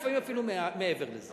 לפעמים אפילו מעבר לזה.